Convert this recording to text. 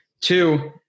Two